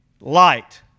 light